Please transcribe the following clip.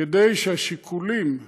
כדי שהשיקולים השונים,